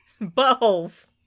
Buttholes